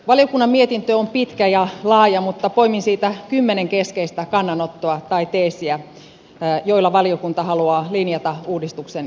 valiokunnan mietintö on pitkä ja laaja mutta poimin siitä kymmenen keskeistä kannanottoa tai teesiä joilla valiokunta haluaa linjata uudistuksen jatkotyötä